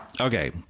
okay